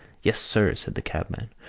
yes, sir, said the cabman.